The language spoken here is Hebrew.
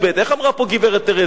איך אמרה פה גברת תרזה,